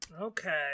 okay